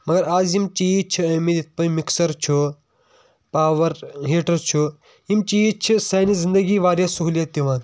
مَگر آز یِم چیٖز چھِ ٲمٕتۍ یَتھ پٲٹھۍ مِکسر چھُ پاوَر ہیٖٹر چھُ یِم چیٖز چھِ سانہِ زنٛدگی واریاہ سہوٗلیت دِوان